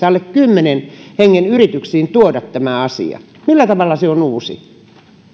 alle kymmenen hengen yrityksiin tuoda tämä asia millä tavalla se on uusi